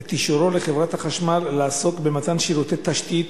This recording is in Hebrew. את אישורו לחברת החשמל לעסוק במתן שירותי תשתית